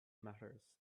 matters